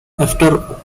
after